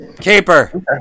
Keeper